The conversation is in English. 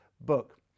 book